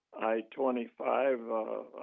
I-25